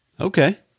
Okay